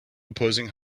opposing